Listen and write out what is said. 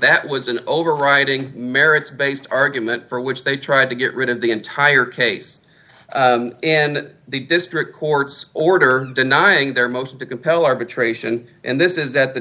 that was an overriding merits based argument for which they tried to get rid of the entire case and the district court's order denying their motion to compel arbitration and this is that the